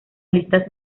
listas